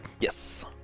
Yes